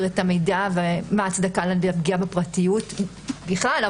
את המידע ומה ההצדקה לפגיעה בפרטיות בכלל,